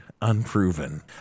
unproven